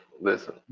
listen